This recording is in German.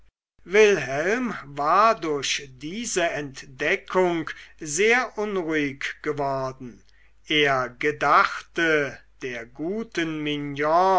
wilhelm war durch diese entdeckung sehr unruhig geworden er gedachte der guten mignon